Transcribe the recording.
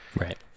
Right